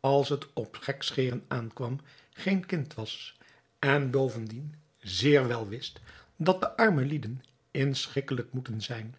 als het op gekscheren aankwam geen kind was en bovendien zeer wel wist dat de arme lieden inschikkelijk moeten zijn